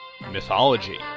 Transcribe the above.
mythology